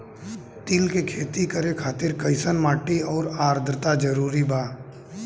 तिल के खेती करे खातिर कइसन माटी आउर आद्रता जरूरी बा?